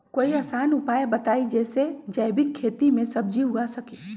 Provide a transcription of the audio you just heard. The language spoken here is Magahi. कोई आसान उपाय बताइ जे से जैविक खेती में सब्जी उगा सकीं?